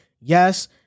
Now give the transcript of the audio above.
Yes